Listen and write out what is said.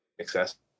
accessible